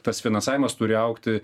tas finansavimas turi augti